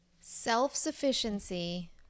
self-sufficiency